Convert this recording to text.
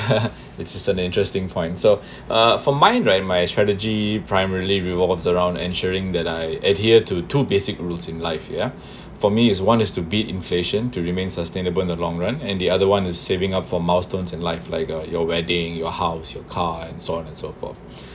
it is an interesting point so uh for mine right my strategy primarily it was around ensuring that I adhere to two basic rules in life ya for me is one is to beat inflation to remain sustainable in the long run and the other one is saving up for milestones in life like a your wedding your house your car and so on and so forth